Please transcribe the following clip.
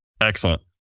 excellent